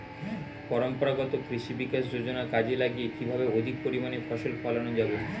পরম্পরাগত কৃষি বিকাশ যোজনা কাজে লাগিয়ে কিভাবে অধিক পরিমাণে ফসল ফলানো যাবে?